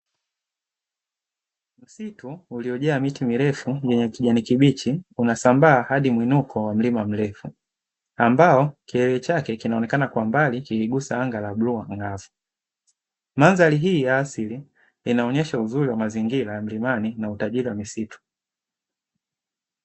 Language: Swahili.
Msitu uliojaa miti mirefu yenye kijani kibichi una sambaa hadi mwinuko wa mlima mrefu, ambao kilele chake kinaonekana kwa mbali kiligusa anga la bluu angavu, mandhari hii ya asili inaonyesha uzuri wa mazingira ya mlimani na utajiri wa misitu.